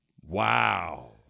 Wow